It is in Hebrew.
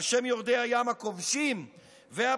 על שם יורדי הים הכובשים והבוזזים.